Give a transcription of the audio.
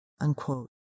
unquote